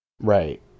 Right